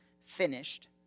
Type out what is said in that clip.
finished